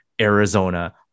Arizona